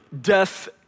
death